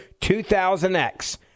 2000X